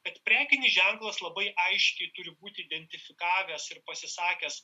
kad prekinis ženklas labai aiškiai turi būti identifikavęs ir pasisakęs